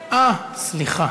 קודם, אה, סליחה.